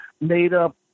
made-up